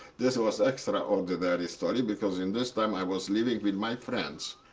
this was extraordinary story because in this time, i was living with my friends.